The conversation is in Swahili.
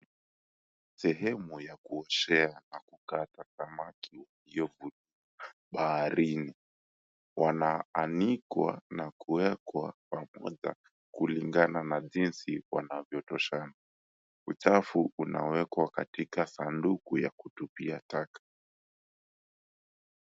Sehemu ya kuuzia na kukata samaki iliyoko baharini wanaanikwa na kuwekwa pamoja kulingana na jinsi wanafyotoshana uchafu unawekwa katika sanduku ya kutupia taka.